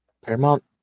Paramount